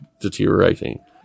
deteriorating